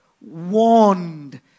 warned